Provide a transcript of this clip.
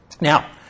Now